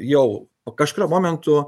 jau kažkuriuo momentu